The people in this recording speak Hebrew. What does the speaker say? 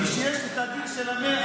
כשיש את דיל ה-100,